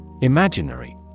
Imaginary